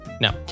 No